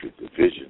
division